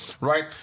right